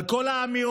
על כל האמירות